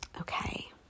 okay